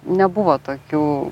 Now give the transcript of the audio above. nebuvo tokių